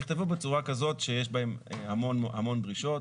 נכתבו בצורה כזאת שיש בהם המון דרישות.